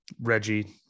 Reggie